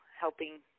helping